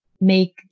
make